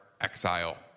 exile